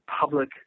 public